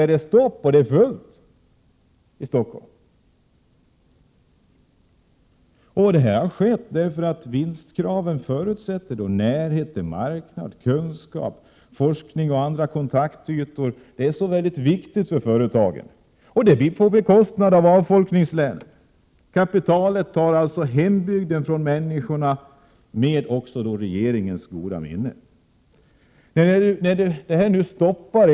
Att det förhåller sig så har sin grund i att 26 maj 1988 det för att uppfylla kraven på vinst förutsätts närhet till marknad, kunskap, forskning och annat, vilket är mycket viktigt för företagen. Detta sker då på bekostnad av avfolkningslänen. Med regeringens goda minne tar kapitalet således ifrån människorna deras hembygd.